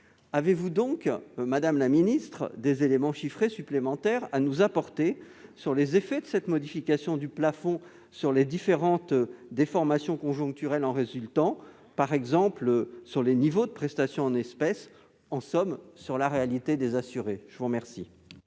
Avez-vous, madame la secrétaire d'État, des éléments chiffrés supplémentaires à nous communiquer sur les conséquences de cette modification du plafond, sur les différentes déformations conjoncturelles en résultant, par exemple sur les niveaux de prestations en espèces, en somme, sur la réalité des assurés ? L'amendement